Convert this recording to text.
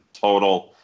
total